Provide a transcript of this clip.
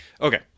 Okay